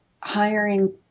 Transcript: hiring